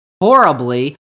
horribly